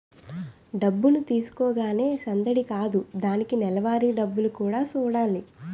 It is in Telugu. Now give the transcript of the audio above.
డబ్బు తీసుకోగానే సందడి కాదు దానికి నెలవారీ డబ్బులు కూడా సూడాలి